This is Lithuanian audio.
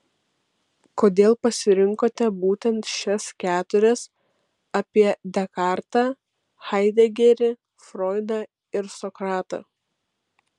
kodėl pasirinkote būtent šias keturias apie dekartą haidegerį froidą ir sokratą